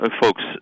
folks